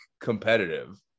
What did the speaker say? competitive